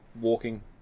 walking